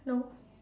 no